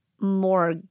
more